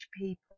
people